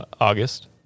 August